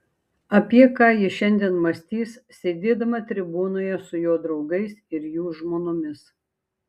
apie ką ji šiandien mąstys sėdėdama tribūnoje su jo draugais ir jų žmonomis